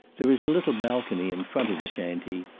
there is a little balcony in front of the shantee,